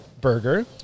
burger